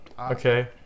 okay